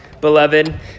beloved